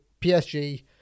PSG